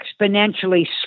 exponentially